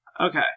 Okay